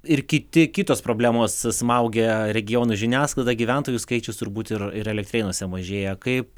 ir kiti kitos problemos smaugia regionų žiniasklaidą gyventojų skaičius turbūt ir ir elektrėnuose mažėja kaip